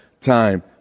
time